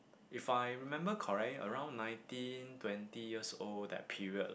if I remember correctly around nineteen twenty years old that period